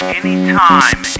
anytime